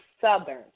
Southern